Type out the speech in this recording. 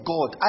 God